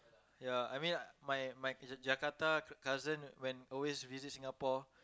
ya I mean my my Jakarta cousin when always visit Singapore